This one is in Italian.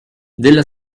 della